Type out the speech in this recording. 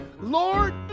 Lord